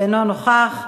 אינו נוכח,